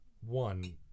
one